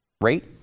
rate